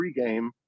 pregame